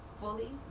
fully